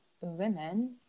women